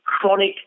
chronic